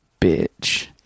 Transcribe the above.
bitch